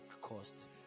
costs